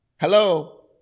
hello